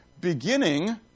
beginning